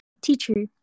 Teacher